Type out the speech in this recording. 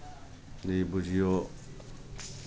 ई बुझियौ